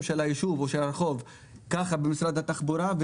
של הישוב או הרחוב ככה במשרד התחבורה,